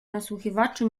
nasłuchiwaczy